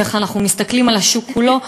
ואיך אנחנו מסתכלים על השוק כולו,